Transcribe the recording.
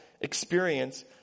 experience